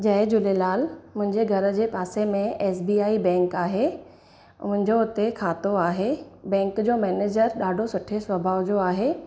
जय झूलेलाल मुंहिंजे घर जे पासे में एस बी आई बैंक आहे मुंहिंजो हुते खातो आहे बैंक जो मैनेजर ॾाढो सुठे सुभाउ जो आहे